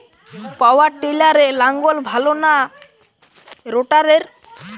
পাওয়ার টিলারে লাঙ্গল ভালো না রোটারের?